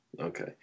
Okay